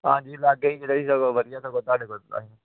ਹਾਂਜੀ ਲਾਗੇ ਹੀ ਮਿਲੇ ਸੀ ਸਗੋਂ ਵਧੀਆ ਸਗੋਂ ਤੁਹਾਡੇ ਕੋਲ